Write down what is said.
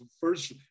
first –